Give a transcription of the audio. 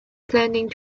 planning